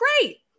great